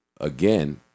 again